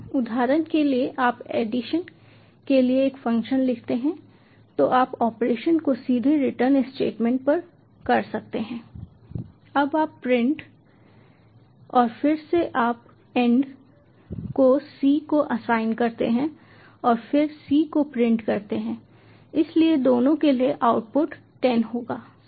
उदाहरण के लिए आप एडिशन के लिए एक फ़ंक्शन लिखते हैं तो आप ऑपरेशन को सीधे रिटर्न स्टेटमेंट पर कर सकते हैं अब आप प्रिंट एड 46 और फिर से आप एड 46 को c को असाइन करते हैं और फिर c को प्रिंट करते हैं इसलिए दोनों के लिए आउटपुट 10 होगा सही